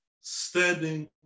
standing